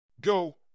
Go